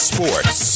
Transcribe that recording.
Sports